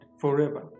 forever